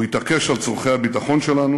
הוא התעקש על צורכי הביטחון שלנו,